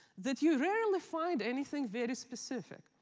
that you rarely find anything very specific.